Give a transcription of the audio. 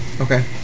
Okay